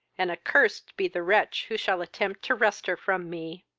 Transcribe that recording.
and accursed be the wretch who shall attempt to wrest her from me!